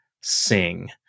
sing